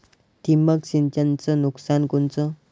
ठिबक सिंचनचं नुकसान कोनचं?